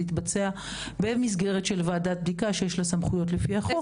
יתבצע במסגרת של ועדת בדיקה שיש לה סמכויות לפי החוק.